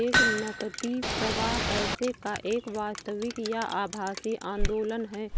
एक नकदी प्रवाह पैसे का एक वास्तविक या आभासी आंदोलन है